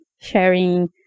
sharing